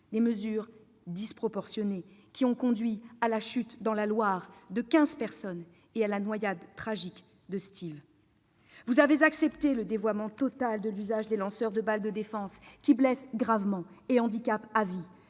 des mesures disproportionnées, qui ont conduit à la chute dans la Loire de quinze personnes et à la noyade tragique de Steve. Vous avez accepté le dévoiement total de l'usage des lanceurs de balles de défense, qui blessent gravement et handicapent à vie.